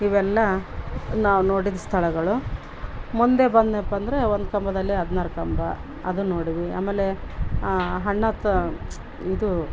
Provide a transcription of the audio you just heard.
ಇವೆಲ್ಲ ನಾವು ನೋಡಿದ ಸ್ಥಳಗಳು ಮುಂದೆ ಬಂದ್ನ್ಯಾಪ್ಪಂದರೆ ಒಂದು ಕಂಬದಲ್ಲಿ ಹದಿನಾರು ಕಂಬ ಅದನ್ನ ನೋಡಿದ್ದೀವಿ ಆಮೇಲೆ ಹಣ್ಣಾತ ಇದು